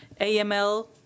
AML